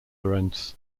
lorenz